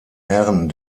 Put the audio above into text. herren